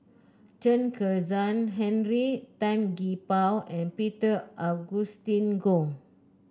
Chen Kezhan Henri Tan Gee Paw and Peter Augustine Goh